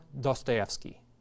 Dostoevsky